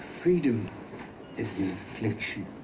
freedom is an infliction.